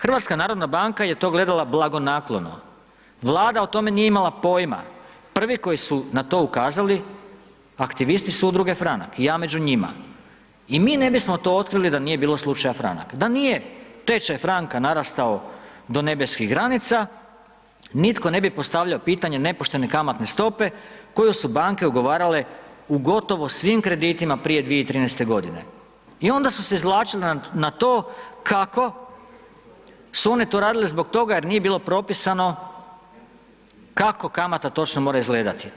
Hrvatska narodna banka je to gledala blagonaklono, Vlada o tome nije imala pojma, prvi koji su na to ukazali aktivisti su Udruge Franak, i ja među njima, i mi ne bismo to otkrili da nije bilo Slučaja Franak, da nije tečaj franka narastao do nebeskih granica, nitko ne bi postavljao pitanje nepoštene kamatne stope koju su Banke ugovarale u gotovo svim kreditima prije 2013.-te godine, i onda su se izvlačili na to kako su one to radile zbog toga jer nije bilo propisano kako kamata točno mora izgledati.